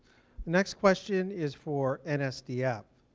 next question is for nsdf.